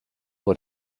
what